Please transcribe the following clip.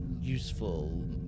useful